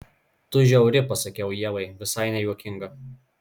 tu žiauri pasakiau ievai visai nejuokinga